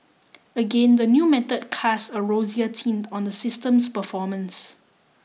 again the new method cast a rosier tint on the system's performance